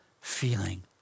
feeling